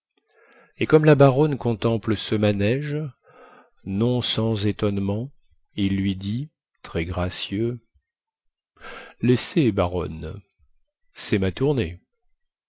et comme la baronne contemple ce manège non sans étonnement il lui dit très gracieux laissez baronne cest ma tournée